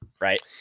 Right